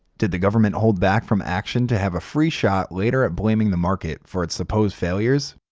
did the government hold back from action to have a free shot later at blaming the market for its supposed failures?